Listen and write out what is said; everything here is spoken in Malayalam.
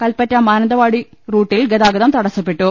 കല്പറ്റ മാനന്തവാടി റൂട്ടിൽ ഗതാഗതം തടസ്സപ്പെട്ടു